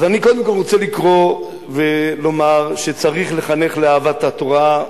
אז אני קודם כול רוצה לקרוא ולומר שצריך לחנך לאהבת התורה,